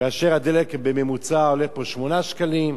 כאשר הדלק בממוצע עולה פה 8 שקלים.